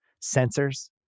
sensors